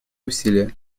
усилия